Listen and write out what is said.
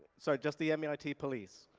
sorry, just the mit police.